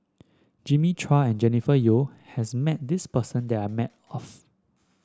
Jimmy Chua and Jennifer Yeo has met this person that I met of